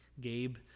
Gabe